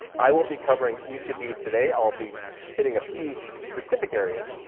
i will be covering each of these today. i'll be hitting a few specific areas,